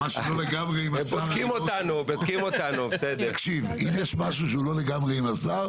אם יש משהו שהוא לא לגמרי עם השר,